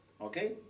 Okay